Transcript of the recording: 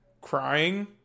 crying